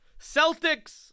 Celtics